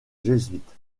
jésuites